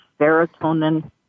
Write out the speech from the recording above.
serotonin